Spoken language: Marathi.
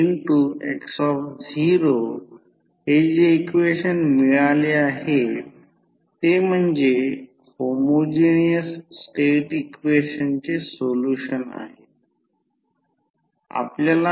तर एका आयडियल ट्रान्सफॉर्मरमध्ये जेव्हा जेव्हा मी हे सांगत असतो तेव्हा सुरुवातीला फेरोमॅग्नेटिक कोर असलेली सर्किट आकृती काढा